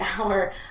hour